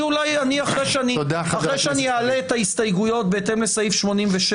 אולי אחרי שאני אעלה את ההסתייגויות בהתאם לסעיף 86,